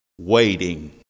Waiting